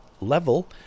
level